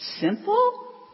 simple